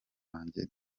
banjye